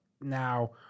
Now